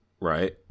right